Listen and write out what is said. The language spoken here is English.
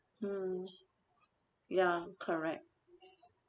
mm ya correct